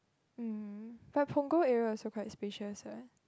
um but Punggol area also quite spacious [what]